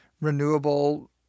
renewable